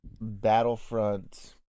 Battlefront